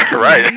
right